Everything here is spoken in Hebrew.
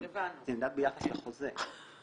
זה נמדד ביחס לחוזה.